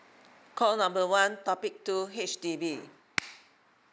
call number one topic two H_D_B